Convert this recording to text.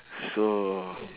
so